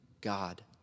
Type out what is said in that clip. God